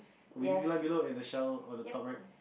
below and a shell on the top right